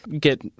get